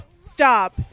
Stop